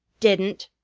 didn't!